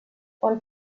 quan